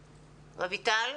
שלום, רויטל.